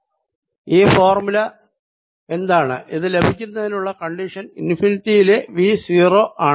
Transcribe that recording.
ഈ ഫോർമുല എന്താണ് ഇത് ലഭിക്കുന്നതിനുള്ള കണ്ടീഷൻ ഇൻഫിനിറ്റി യിലെ V 0 ആണ്